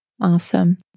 awesome